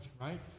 right